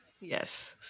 Yes